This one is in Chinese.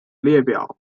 列表